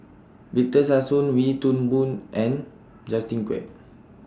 Victor Sassoon Wee Toon Boon and Justin Quek